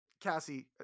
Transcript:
cassie